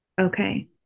Okay